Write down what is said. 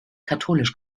katholisch